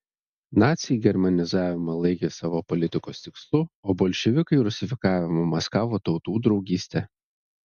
naciai germanizavimą laikė savo politikos tikslu o bolševikai rusifikavimą maskavo tautų draugyste